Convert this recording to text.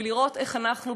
ולראות איך אנחנו,